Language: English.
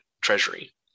treasury